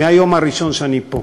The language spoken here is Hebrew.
מהיום הראשון שאני פה,